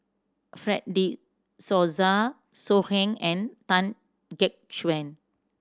Fred De Souza So Heng and Tan Gek Suan